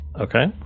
Okay